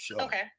Okay